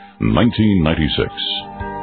1996